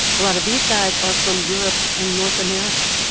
a lot of these guys are from europe and north america,